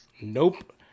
Nope